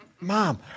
Mom